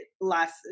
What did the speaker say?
last